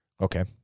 okay